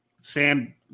Sam